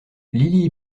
lily